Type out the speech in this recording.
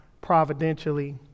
providentially